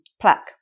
plaque